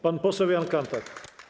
Pan poseł Jan Kanthak.